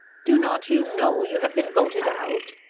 do not you know, you have been voted out?